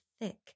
thick